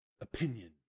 opinion